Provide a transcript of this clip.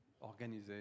organisé